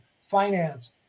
finance